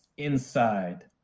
inside